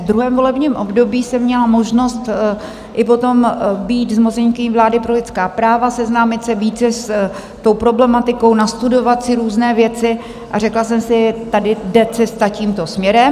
V druhém volebním období jsem měla možnost i potom být zmocněnkyní vlády pro lidská práva, seznámit se více s touto problematikou, nastudovat si různé věci a řekla jsem si, tady jde cesta tímto směrem.